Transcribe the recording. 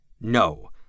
No